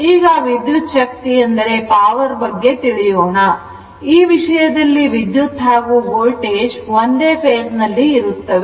ಈಗ ವಿದ್ಯುಚ್ಛಕ್ತಿ ಬಗ್ಗೆ ತಿಳಿಯೋಣ ಈ ವಿಷಯದಲ್ಲಿ ವಿದ್ಯುತ್ ಹಾಗೂ ವೋಲ್ಟೇಜ್ ಒಂದೇ ಫೇಸ್ ನಲ್ಲಿ ಇರುತ್ತವೆ